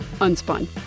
Unspun